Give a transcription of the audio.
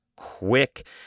quick